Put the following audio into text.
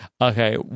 Okay